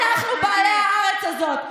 אנחנו בעלי הארץ הזאת.